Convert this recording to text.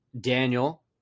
Daniel